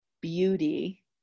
beauty